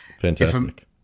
Fantastic